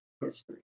history